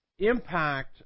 Impact